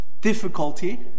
difficulty